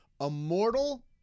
Immortal